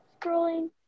Scrolling